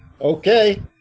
okay